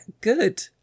good